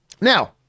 now